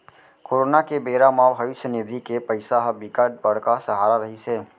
corona के बेरा म भविस्य निधि के पइसा ह बिकट बड़का सहारा रहिस हे